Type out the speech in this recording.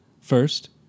first